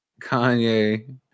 Kanye